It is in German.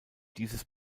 dieses